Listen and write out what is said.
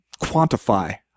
quantify